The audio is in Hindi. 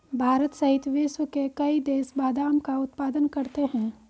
भारत सहित विश्व के कई देश बादाम का उत्पादन करते हैं